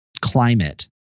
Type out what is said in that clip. climate